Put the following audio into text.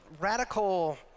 radical